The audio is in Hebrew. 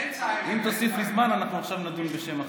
אם תוסיף לי זמן, אנחנו עכשיו נדון בשם אחר.